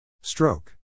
Stroke